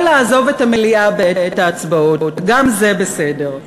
או לעזוב את המליאה בעת ההצבעות, גם זה בסדר.